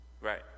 Right